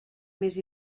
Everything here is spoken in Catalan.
més